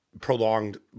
prolonged